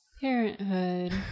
Parenthood